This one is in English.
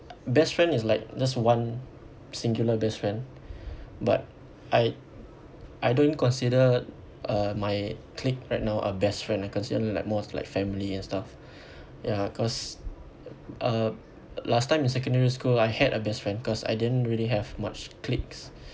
best friend is like just one singular best friend but I I don't consider uh my clique right now are best friend I consider them like more of like family and stuff ya cause uh last time in secondary school I had a best friend cause I didn't really have much cliques